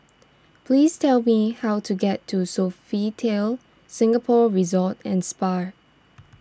please tell me how to get to Sofitel Singapore Resort and Spa